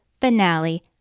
finale